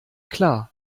klar